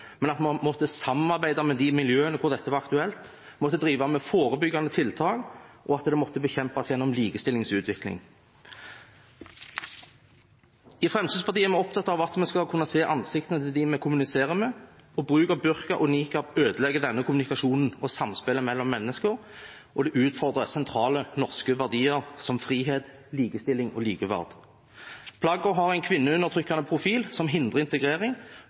men at man måtte samarbeide med de miljøene hvor dette var aktuelt, en måtte drive med forebyggende tiltak, og det måtte bekjempes gjennom likestillingsutvikling. I Fremskrittspartiet er vi opptatt av at vi skal kunne se ansiktene til dem vi kommuniserer med. Bruk av burka og nikab ødelegger denne kommunikasjonen og samspillet mellom mennesker, og det utfordrer sentrale norske verdier som frihet, likestilling og likeverd. Plaggene har en kvinneundertrykkende profil, som hindrer integrering